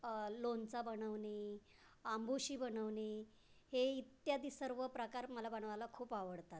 लोणचं बनवणे अंबूशी बनवणे हे इत्यादी सर्व प्रकार मला बनवायला खूप आवडतात